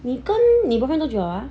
你跟你不会喝酒啊